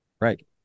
Right